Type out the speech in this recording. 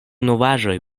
novaĵoj